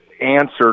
answer